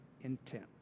intent